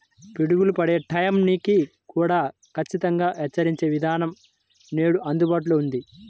పిడుగులు పడే టైం ని కూడా ఖచ్చితంగా హెచ్చరించే విధానం నేడు అందుబాటులో ఉంది